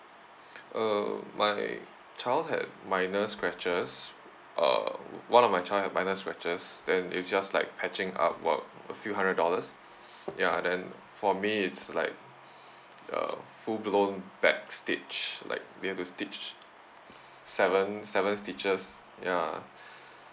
err my child had minor scratches uh one of my child had minor scratches then it's just like patching up about a few hundred dollars ya then for me it's like a full blown back stitch like they have to stitched seven seven stitches ya